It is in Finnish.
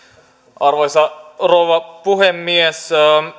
arvoisa rouva puhemies